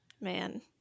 man